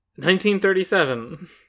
1937